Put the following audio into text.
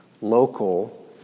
local